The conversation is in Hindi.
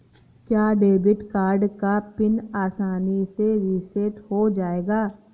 क्या डेबिट कार्ड का पिन आसानी से रीसेट हो जाएगा?